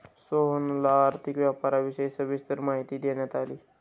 सोहनला आर्थिक व्यापाराविषयी सविस्तर माहिती देण्यात आली